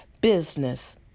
business